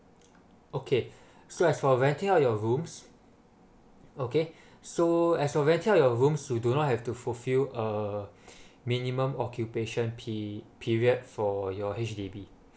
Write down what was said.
okay so as for renting out your rooms okay so as for renting out your rooms you do not have to fulfill uh minimum occupation pe~ period for your H_D_B